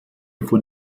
von